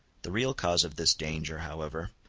the real cause of this danger, however,